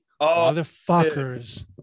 motherfuckers